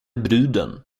bruden